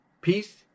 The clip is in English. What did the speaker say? Peace